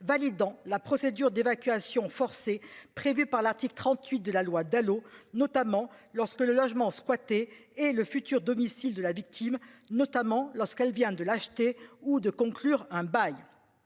validant la procédure d'évacuation forcée prévue par l'article 38 de la loi Dalo, notamment lorsque le logement squatté et le futur domicile de la victime notamment lorsqu'elle vient de l'acheter ou de conclure un bail.